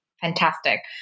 fantastic